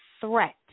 threat